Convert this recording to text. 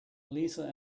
lisa